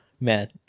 man